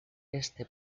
este